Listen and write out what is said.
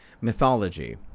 mythology